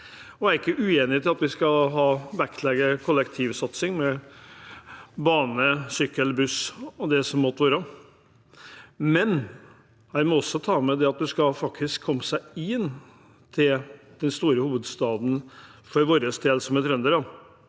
Jeg er ikke uenig i at vi skal vektlegge kollektivsatsing med bane, sykkel, buss og det som måtte være, men en må også ta med det at en faktisk skal komme seg inn til den store hovedstaden for oss som er trøndere.